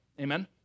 amen